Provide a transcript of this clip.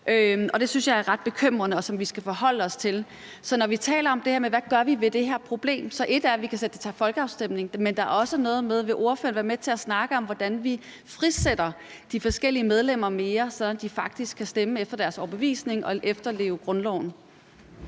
Det synes jeg er ret bekymrende og noget, som vi skal forholde os til. Så når vi taler om det her med, hvad vi gør ved det her problem, er ét, at vi kan sende det til folkeafstemning, men der er også noget med, om ordføreren vil være med til at snakke om, hvordan vi frisætter de forskellige medlemmer mere, så de faktisk kan stemme efter deres overbevisning og efterleve grundloven.